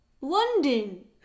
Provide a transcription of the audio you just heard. London